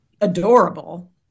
adorable